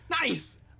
Nice